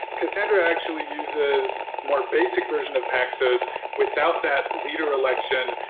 cassandra actually uses more basic version of paxos without that leader election.